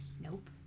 Nope